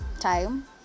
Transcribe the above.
time